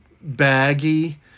baggy